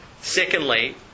Secondly